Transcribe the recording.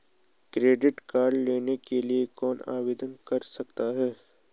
Credit card लेने के लिए कौन आवेदन कर सकता है?